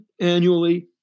annually